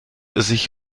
sich